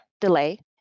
delay